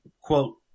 quote